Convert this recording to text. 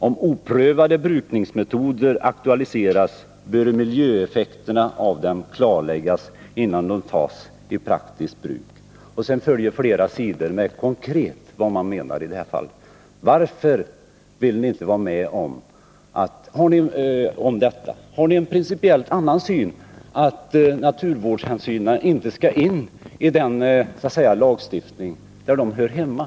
Om oprövade brukningsmetoder aktualiseras bör miljöeffekterna av dem klarläggas innan de tas i praktiskt bruk.” Sedan följer flera sidor med konkret angivande av vad man menar i det här fallet. Varför vill ni inte vara med om detta? Har ni en principiellt annan inställning, att naturvårdshänsynen inte skall in i den lagstiftning där de hör hemma?